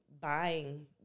buying